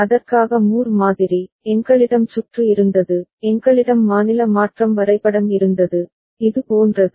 அதற்காக மூர் மாதிரி எங்களிடம் சுற்று இருந்தது எங்களிடம் மாநில மாற்றம் வரைபடம் இருந்தது இது போன்றது